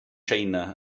china